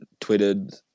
tweeted